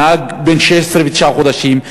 נהג בן 16 ותשעה חודשים,